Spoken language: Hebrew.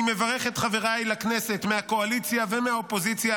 אני מברך את חבריי לכנסת מהקואליציה ומהאופוזיציה